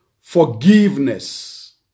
Forgiveness